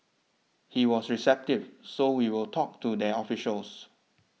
he was receptive so we will talk to their officials